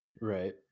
Right